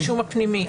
הרישום הפלילי,